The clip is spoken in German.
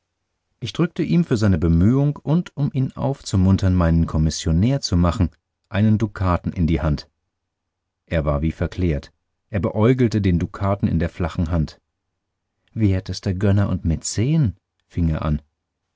ich drückte ihm für seine bemühung und um ihn aufzumuntern meinen kommissionär zu machen einen dukaten in die hand er war wie verklärt er beäugelte den dukaten in der flachen hand wertester gönner und mäzen fing er an